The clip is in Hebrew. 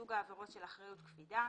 מסוג העבירות של אחריות קפידה,